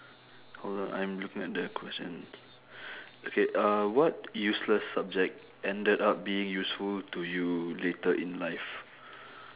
hold on I'm looking at the question okay uh what useless subject ended up being useful to you later in life